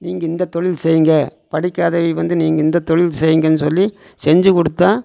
நீங்கள் இந்த தொழில் செய்ங்க படிக்காதவங்க நீங்கள் இந்த தொழில் செய்ங்கனு சொல்லி செஞ்சுக் கொடுத்தா